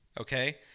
Okay